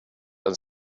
and